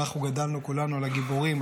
אנחנו גדלנו כולנו על הגיבורים,